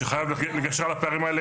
שחייב לגשר על הפערים האלה,